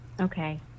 Okay